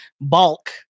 Bulk